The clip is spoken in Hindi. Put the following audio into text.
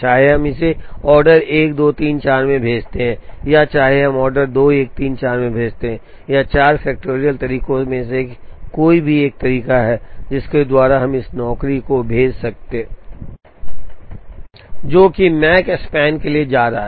चाहे हम इसे ऑर्डर 1 2 3 4 में भेजते हैं या चाहे हम ऑर्डर 2 1 3 4 में भेजते हैं या 4 फैक्टरियल तरीकों में से कोई भी एक तरीका है जिसके द्वारा हम इस नौकरी को भेज सकते हैं जो कि माकस्पैन के लिए जा रहा है